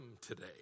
today